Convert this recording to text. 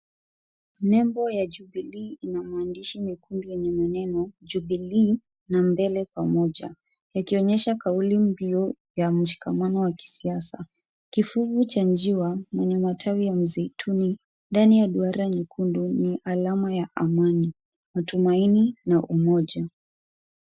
Nembo ya jubilee ina maandisha nyekundu yenye maneno, jubilee, na mbele pamoja. Yakionyesha kauli mbiu ya mshikamano wa kisiasa. Kifuvu cha njiwa mwenye matawi ya mzituni ndani ya duara nyekundu ni alama ya amani, matumaini na umoja.